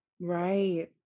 Right